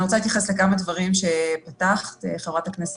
אני רוצה להתייחס לכמה דברים שפתחת בהם.